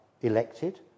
elected